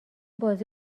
بازی